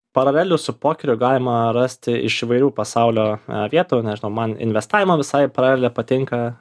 paralelių su pokeriu galima rasti iš įvairių pasaulio vietų nežinau man investavimo visai paralelė patinka